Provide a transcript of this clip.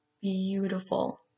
beautiful